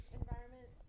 environment